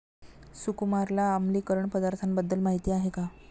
सुकुमारला आम्लीकरण पदार्थांबद्दल माहिती आहे का?